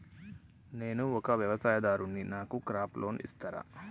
నేను ఒక వ్యవసాయదారుడిని నాకు క్రాప్ లోన్ ఇస్తారా?